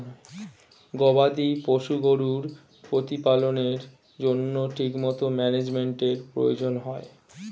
গবাদি পশু গরুর প্রতিপালনের জন্য ঠিকমতো ম্যানেজমেন্টের প্রয়োজন হয়